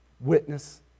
witness